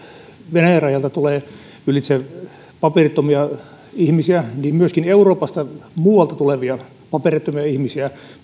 venäjän rajalta ylitse tulevia paperittomia ihmisiä niin myöskin euroopasta ja muualta tulevia paperittomia ihmisiä